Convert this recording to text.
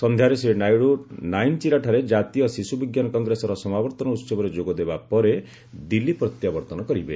ସନ୍ଧ୍ୟାରେ ଶ୍ରୀ ନାଇଡ଼ୁ ନାଇନଚିରାଠାରେ ଜାତୀୟ ଶିଶୁ ବିଜ୍ଞାନ କଂଗ୍ରେସର ସମାବର୍ତ୍ତନ ଉତ୍ସବରେ ଯୋଗଦେବା ପରେ ଦିଲ୍ଲୀ ପ୍ରତ୍ୟାବର୍ତ୍ତନ କରିବେ